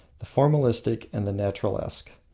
the formalistic and the naturalesque.